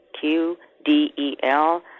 Q-D-E-L